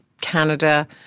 Canada